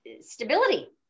stability